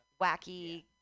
wacky